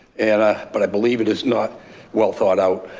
and but i believe it is not well thought out,